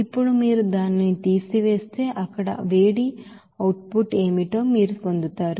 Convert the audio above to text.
ఇప్పుడు మీరు దానిని తీసివేస్తే అక్కడ ఆ వేడి అవుట్ పుట్ ఏమిటో మీరు పొందుతారు